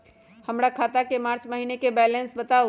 हमर खाता के मार्च महीने के बैलेंस के बताऊ?